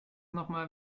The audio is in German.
nochmal